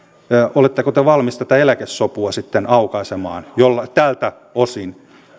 oletteko te valmis tätä eläkesopua sitten aukaisemaan tältä osin